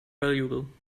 valuable